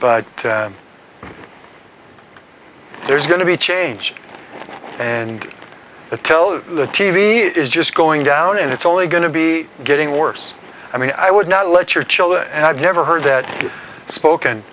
but there's going to be changed and to tell the t v is just going down and it's only going to be getting worse i mean i would not let your children and i've never heard that spoken